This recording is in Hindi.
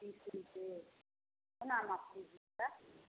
तीस रुपए कितना आम आप लीजिएगा